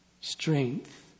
strength